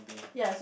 ya so